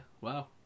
wow